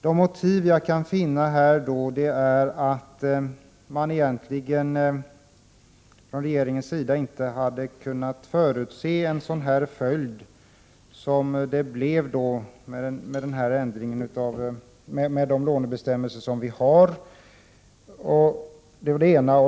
Det ena motivet som jag har kunnat finna är att man från regeringens sida egentligen inte kunde förutse följderna av ändringen av lånebestämmelserna vi har.